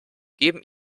geben